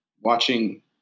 watching